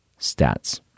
stats